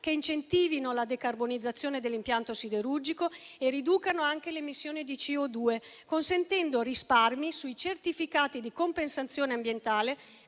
che incentivino la decarbonizzazione dell'impianto siderurgico e riducano anche le emissioni di anidride carbonica, consentendo risparmi sui certificati di compensazione ambientale